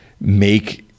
make